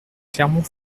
clermont